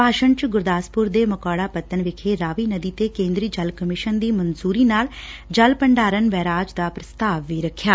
ਭਾਸ਼ਣ ਚ ਗੁਰਦਾਸਪੁਰ ਦੇ ਮਕੌੜਾ ਪੱਤਣ ਵਿਖੈ ਰਾਵੀ ਨਦੀ ਤੇ ਕੇਦਰੀ ਜਲ ਕਮਿਸ਼ਨ ਦੀ ਮਨਜੁਰੀ ਨਾਲ ਜਲ ਭੰਡਾਰਨ ਬੈਰਾਜ ਦਾ ਪੁਸਤਾਵ ਵੀ ਰਖਿਐ